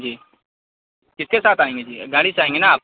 جی کس کے ساتھ آئیں گے جی گاڑی سے آئیں گے نا آپ